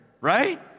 right